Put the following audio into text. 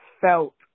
felt